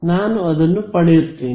ನಾನು ಅನ್ನು ಪಡೆಯುತ್ತೇನೆ